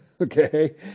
Okay